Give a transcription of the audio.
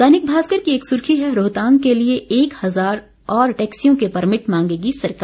दैनिक भास्कर की एक सुर्खी है रोहतांग के लिए एक हजार और टैक्सियों के परमिट मांगेगी सरकार